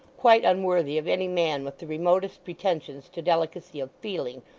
quite unworthy of any man with the remotest pretensions to delicacy of feeling,